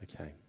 Okay